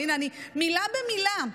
הינה, מילה במילה: